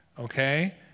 okay